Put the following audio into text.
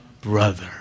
brother